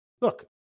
look